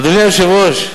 אדוני היושב-ראש,